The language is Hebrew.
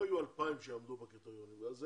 לא יהיו 2,000 שיעמדו בקריטריונים האלה.